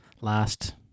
last